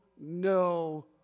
no